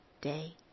day